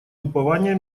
упования